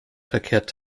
verkehrt